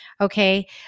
okay